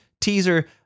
teaser